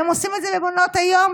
והם עושים את זה למעונות היום,